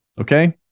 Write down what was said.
Okay